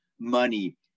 money